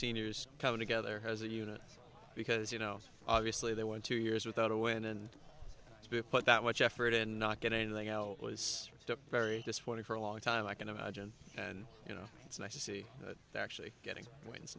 seniors coming together as a unit because you know obviously they won two years without a win and to put that much effort and not get anything out it was very disappointing for a long time i can imagine and you know it's nice to see that they're actually getting wins